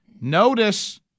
Notice